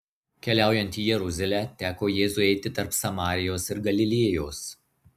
keliaujant į jeruzalę teko jėzui eiti tarp samarijos ir galilėjos